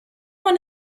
one